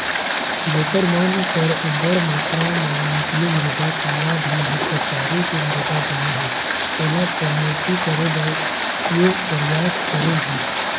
जेखर मन कर अब्बड़ मातरा म नकली मुद्रा, कालाधन, भस्टाचारी के मुद्रा जमा हे ओला कमती करे बर ये परयास करे गिस